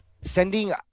sending